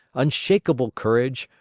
unshakable courage,